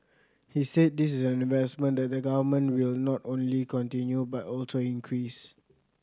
he said this is an investment that the Government will not only continue but also increase